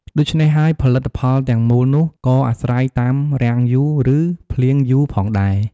ដូច្នេះហើយផលិតផលទាំងមូលនោះក៏អាស្រ័យតាមរាំងយូរ ឬភ្លៀងយូរផងដែរ។